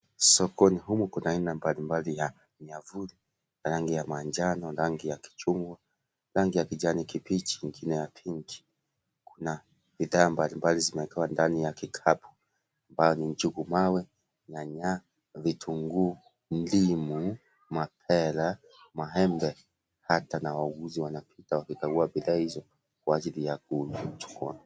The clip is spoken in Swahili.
Sokoni humu kuna aina mbalimbali ya miavuli, rangi ya manjano, rangi ya kichungwa, rangi ya kijani kibichi, ingine ya pinki, kuna bidhaa mbalimbali zimeekewa ndani ya kikapu ambayo ni njugu mawe, nyanya, vitunguu, ndimu, mapera, maembe hata na wauguzi wanapita wakikagua bidhaa hizo kwa ajili ya kuvichukua.